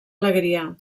alegria